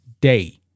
day